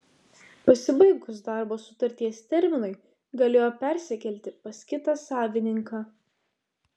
pasibaigus darbo sutarties terminui galėjo persikelti pas kitą savininką